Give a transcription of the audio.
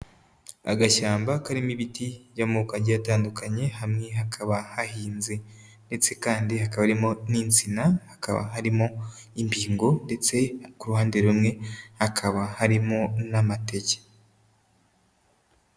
Agashyamba karimo ibiti by'amoko agiye atandukanye, hamwe hakaba hahinze ndetse kandi hakaba harimo n'insina, hakaba harimo imbingo ndetse ku ruhande rumwe hakaba harimo n'amateke.